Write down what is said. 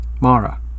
Mara